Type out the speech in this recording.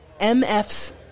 MF's